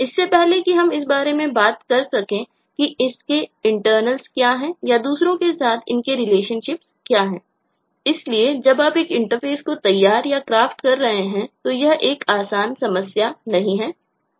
इससे पहले कि हम इस बारे में बात कर सकें कि इसके इंटरनल्स कर रहे हैं तो यह एक आसान समस्या नहीं है